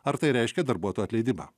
ar tai reiškia darbuotojo atleidimą